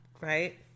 right